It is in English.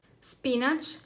spinach